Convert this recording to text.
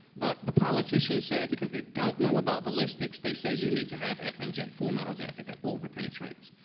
but the politicians said, because they don't know about ballistics, they say, you need to have fmj full metal jacket that over-penetrates.